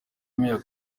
mayor